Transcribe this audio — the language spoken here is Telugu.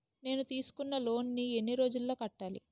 నేను తీసుకున్న లోన్ నీ ఎన్ని రోజుల్లో కట్టాలి?